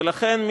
ולכן,